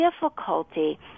difficulty